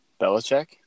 Belichick